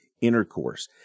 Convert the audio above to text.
intercourse